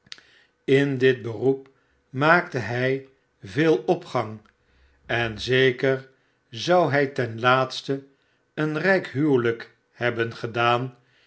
in dit beroep maakte hij veel opgang en zeker zou hij ten laatste een rijk huwelijk hebben gedaan